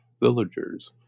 villagers